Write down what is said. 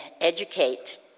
educate